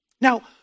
Now